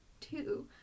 two